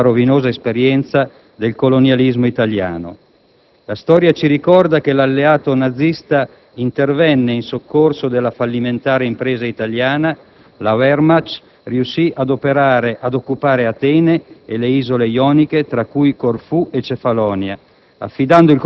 l'ennesima rovinosa esperienza del colonialismo italiano. La storia ci ricorda che l'alleato nazista intervenne in soccorso della fallimentare impresa italiana; la Wehrmacht riuscì ad occupare Atene e le isole ioniche, tra cui Corfù e Cefalonia,